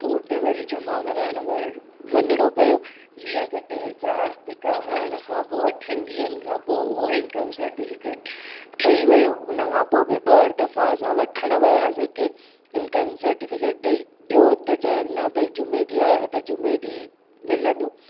त उते वरी जमा कराइण वय वञिणो पियो जीअं की टे चारि धिका खाइण खां पोइ अठनि ॾींहंनि खां पोइ उहा इनकम सर्टिफिकेट ठही वियो हुन खां पोइ बि ॿ दफ़ा असां वठण वियासीं की इनकम सर्टिफ़िकेट ॾेई ॾियो त चयुनि न भाई जुमे ॾींहुं आहियां यो त जुमे ॾींहुं मिलंदो